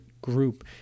group